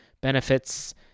benefits